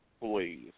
Please